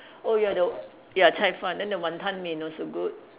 oh you are the you are cai-fan then the Wanton-Mian also good